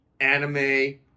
anime